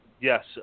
Yes